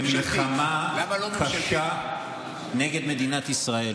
במלחמה קשה נגד מדינת ישראל.